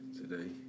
today